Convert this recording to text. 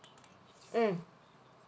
mm